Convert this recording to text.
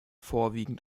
vorwiegend